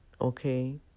okay